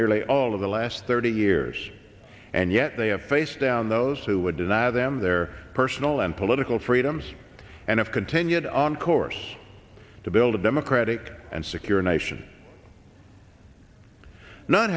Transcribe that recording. nearly all of the last thirty years and yet they have faced down those who would deny them their personal and political freedoms and if continued on course to build a democratic and secure nation no